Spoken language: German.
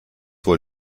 wohl